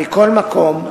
מכל מקום,